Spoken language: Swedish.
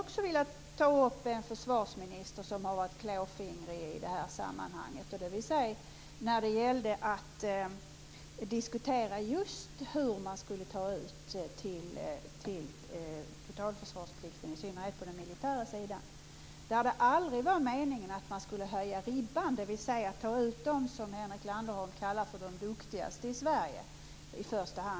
Också jag skulle vilja nämna en försvarsminister som varit klåfingrig i det här sammanhanget. I diskussionen om hur man skulle ta ut ungdomar till totalförsvarsplikten, i synnerhet på den militära sidan, var det aldrig meningen att man i första hand skulle höja ribban och ta ut dem som Henrik Landerholm kallar de duktigaste i Sverige.